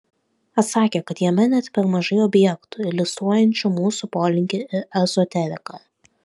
atsakė kad jame net per mažai objektų iliustruojančių mūsų polinkį į ezoteriką